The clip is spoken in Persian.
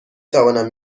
توانم